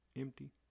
empty